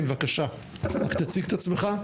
כן בבקשה, רק תציג את עצמך.